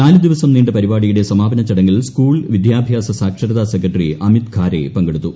നാലു ദിവസം നീണ്ട പരിപാടിയുടെ സമാപന ചടങ്ങിൽ സ്കൂൾ വിദ്യാഭ്യാസ സാക്ഷരതാ സെക്രട്ടറി അമിത് ഖാരെ പങ്കെടുത്തു